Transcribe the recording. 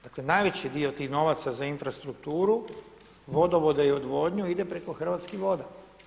Dakle najveći dio tih novaca za infrastrukturu, vodovode i odvodnju ide preko Hrvatskih voda.